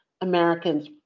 Americans